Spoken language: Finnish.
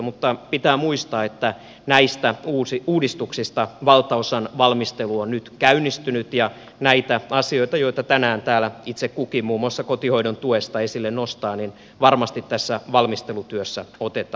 mutta pitää muistaa että näistä uudistuksista valtaosan valmistelu on nyt käynnistynyt ja näitä asioita joita tänään täällä itse kukin muun muassa kotihoidon tuesta esille nostaa varmasti tässä valmistelutyössä otetaan huomioon